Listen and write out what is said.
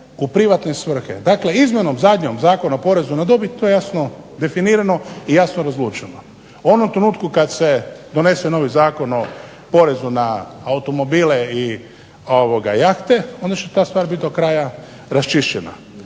u privatne svrhe. Dakle, izmjenom zadnjom Zakona o porezu na dobit to je jasno definirano i jasno razlučeno. U onom trenutku kad se donese novi Zakon o porezu na automobile i jahte onda će ta stvar biti do kraja raščišćena.